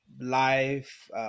life